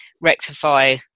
rectify